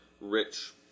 rich